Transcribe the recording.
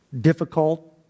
difficult